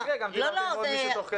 במקרה גם דיברתי עם עוד מישהו תוך כדי.